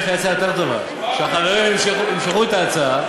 יש לי הצעה יותר טובה: שהחברים ימשכו את ההצעה,